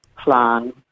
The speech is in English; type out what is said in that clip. plan